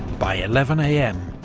by eleven am,